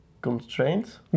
constraints